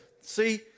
See